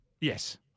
Yes